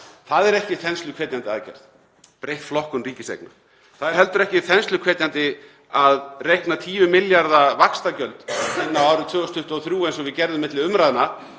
það ekki þensluhvetjandi aðgerð, breytt flokkun ríkiseigna. Það er heldur ekki þensluhvetjandi að reikna 10 milljarða vaxtagjöld inn á árið 2023, eins og við gerðum milli umræðna.